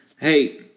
Hey